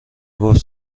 گفت